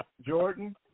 Jordan